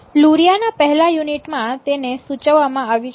જે લુરિયા ના પહેલા યુનિટમાં તેને સૂચવવામાં આવ્યું છે